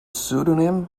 pseudonym